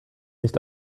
nicht